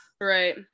Right